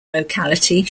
locality